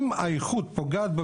אם האיכות פוגעת,